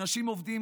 אנשים עובדים,